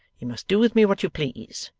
you must do with me what you please,